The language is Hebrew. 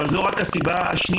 אבל זו רק הסיבה השנייה.